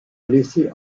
laisser